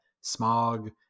Smog